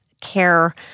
care